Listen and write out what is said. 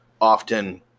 often